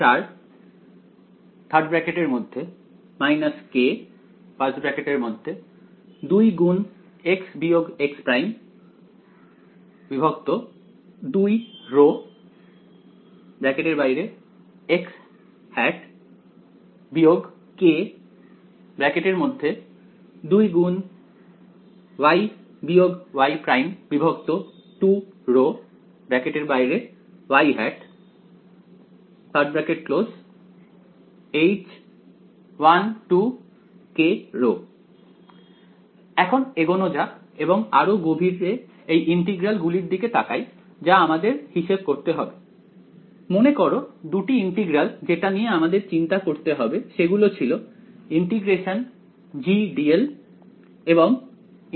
j4 k k H1kρ এখন এগোনো যাক এবং আরো গভীরে এই ইন্টিগ্রাল গুলির দিকে তাকাই যা আমাদের হিসেব করতে হবে মনে করো দুটি ইন্টিগ্রাল যেটা নিয়ে আমাদের চিন্তা করতে হবে সে গুলো ছিল ∫gdl এবং ∫∇g